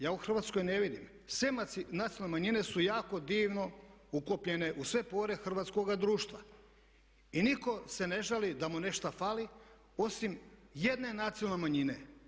Ja u Hrvatskoj ne vidim, sve nacionalne manjine su jako divno uklopljene u sve pore hrvatskoga društva i nitko se ne žali da mu nešto fali osim jedne nacionale manjine.